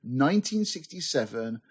1967